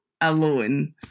alone